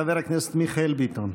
חבר הכנסת מיכאל ביטון.